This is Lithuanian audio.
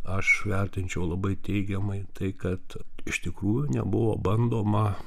aš vertinčiau labai teigiamai tai kad iš tikrųjų nebuvo bandoma